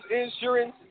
Insurance